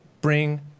bring